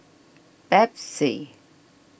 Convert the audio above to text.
Pepsi